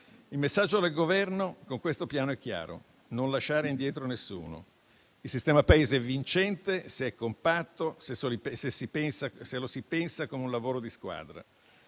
Il messaggio del Governo con questo piano è chiaro: non lasciare indietro nessuno. Il sistema Paese è vincente se è compatto, se lo si pensa come un lavoro di squadra.